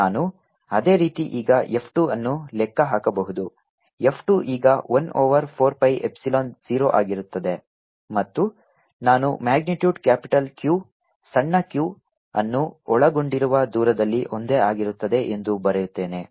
F114π0Qqa2y232 ನಾನು ಅದೇ ರೀತಿ ಈಗ F2 ಅನ್ನು ಲೆಕ್ಕ ಹಾಕಬಹುದು F2 ಈಗ 1 ಓವರ್ 4 pi ಎಪ್ಸಿಲಾನ್ 0 ಆಗಿರುತ್ತದೆ ಮತ್ತು ನಾನು ಮ್ಯಾಗ್ನಿಟ್ಯೂಡ್ ಕ್ಯಾಪಿಟಲ್ Q ಸಣ್ಣ q ಅನ್ನು ಒಳಗೊಂಡಿರುವ ದೂರದಲ್ಲಿ ಒಂದೇ ಆಗಿರುತ್ತದೆ ಎಂದು ಬರೆಯುತ್ತೇನೆ